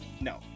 no